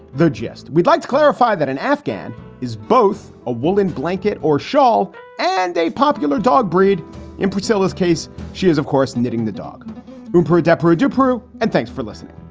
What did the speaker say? the gist? we'd like to clarify that an afghan is both a woollen blanket or shawl and a popular dog breed in priscilla's case. she is, of course, knitting the dog for adepero dupere. and thanks for listening